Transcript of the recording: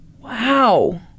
wow